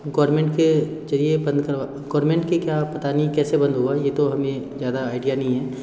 government के ज़रिए बंद करवा गोरमेंट के का क्या पता नहीं कैसे बंद हो गया ये तो हमें ज़्यादा आईडिया नहीं है